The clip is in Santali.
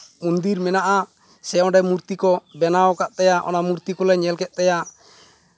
ᱢᱚᱱᱫᱤᱨ ᱢᱮᱱᱟᱜᱼᱟ ᱥᱮ ᱚᱸᱰᱮ ᱢᱩᱨᱛᱤ ᱠᱚ ᱵᱮᱱᱟᱣ ᱟᱠᱟᱫ ᱛᱟᱭᱟ ᱚᱱᱟ ᱢᱩᱨᱛᱤ ᱠᱚᱞᱮ ᱧᱮᱞ ᱠᱮᱫ ᱛᱟᱭᱟ